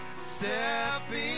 stepping